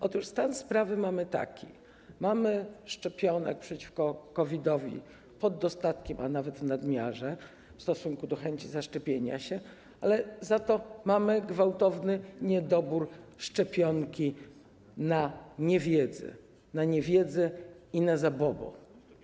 Otóż stan sprawy mamy taki: szczepionek przeciwko COVID-owi mamy pod dostatkiem, a nawet w nadmiarze w stosunku do chęci zaszczepienia się, ale za to mamy gwałtowny niedobór szczepionki na niewiedzę i na zabobon.